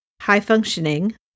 high-functioning